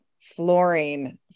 flooring